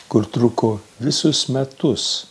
kur truko visus metus